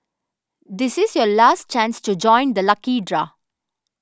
this is your last chance to join the lucky draw